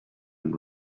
and